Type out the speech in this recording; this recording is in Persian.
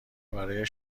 برای